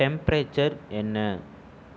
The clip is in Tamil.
டெம்ப்ரேச்சர் என்ன